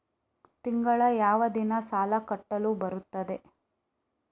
ತಿಂಗಳ ಯಾವ ದಿನ ಸಾಲ ಕಟ್ಟಲು ಬರುತ್ತದೆ?